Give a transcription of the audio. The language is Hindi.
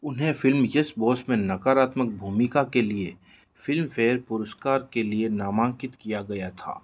उन्हें फिल्म येस बॉस में नकारात्मक भूमिका के लिए फिल्मफेयर पुरूस्कार के लिए नामांकित किया गया था